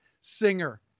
Singer